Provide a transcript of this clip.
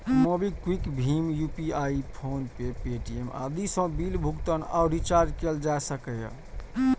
MobiKwik, भीम UPI, PhonePe, Paytm आदि सं बिल भुगतान आ रिचार्ज कैल जा सकैए